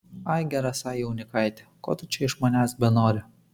ai gerasai jaunikaiti ko tu čia iš manęs benori